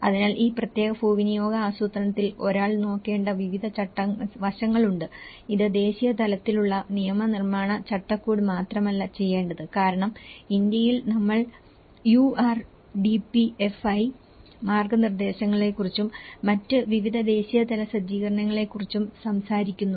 അതിനാൽ ഈ പ്രത്യേക ഭൂവിനിയോഗ ആസൂത്രണത്തിൽ ഒരാൾ നോക്കേണ്ട വിവിധ വശങ്ങളുണ്ട് ഇത് ദേശീയ തലത്തിലുള്ള നിയമനിർമ്മാണ ചട്ടക്കൂട് മാത്രമല്ല ചെയ്യേണ്ടത് കാരണം ഇന്ത്യയിൽ നമ്മൾ യുആർഡിപിഎഫ്ഐ മാർഗ്ഗനിർദ്ദേശങ്ങളെക്കുറിച്ചും മറ്റ് വിവിധ ദേശീയ തല സജ്ജീകരണങ്ങളെക്കുറിച്ചും സംസാരിക്കുന്നു